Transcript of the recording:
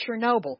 Chernobyl